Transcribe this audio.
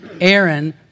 Aaron